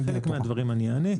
על חלק מהדברים אני אענה.